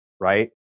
right